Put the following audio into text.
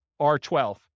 R12